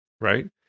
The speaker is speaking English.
right